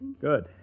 Good